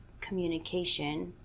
communication